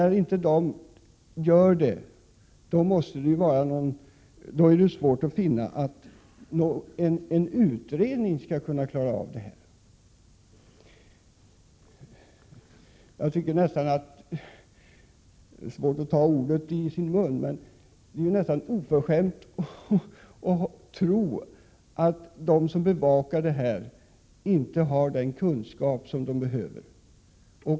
Om inte den klarar den här uppgiften, har jag svårt att tänka mig att en utredning skulle kunna göra det. Jag tycker att det nästan — jag har svårt att ta ordet i min mun — är oförskämt att tro att de som bevakar frågan inte har den kunskap som behövs.